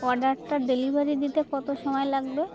অর্ডারটা ডেলিভারি দিতে কত সময় লাগবে